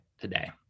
today